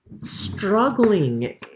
struggling